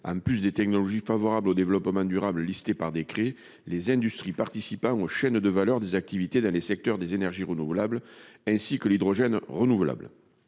En plus des technologies favorables au développement durable listés par décret les industries participant aux chaînes de valeur des activités dans les secteurs des énergies renouvelables, ainsi que l'hydrogène renouvelable.